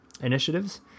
initiatives